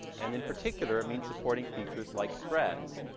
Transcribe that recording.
and in particular, it means supporting features like threads.